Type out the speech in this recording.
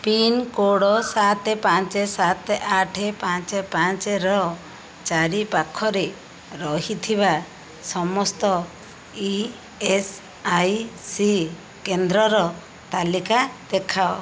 pincode ସାତ ପାଞ୍ଚ ସାତ ଆଠ ପାଞ୍ଚ ପାଞ୍ଚ ର ଚାରିପାଖରେ ରହିଥିବା ସମସ୍ତ ଇ ଏସ୍ ଆଇ ସି କେନ୍ଦ୍ରର ତାଲିକା ଦେଖାଅ